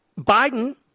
Biden